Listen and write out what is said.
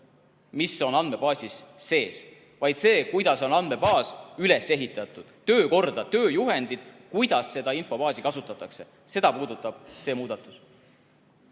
mis on andmebaasis sees, vaid seda, kuidas on andmebaas üles ehitatud, samuti töökorda, tööjuhendeid, kuidas seda infobaasi kasutatakse. Seda puudutab see muudatus.